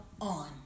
on